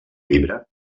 llibre